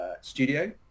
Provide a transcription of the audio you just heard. studio